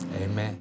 Amen